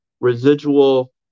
residual